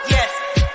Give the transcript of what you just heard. Yes